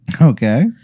Okay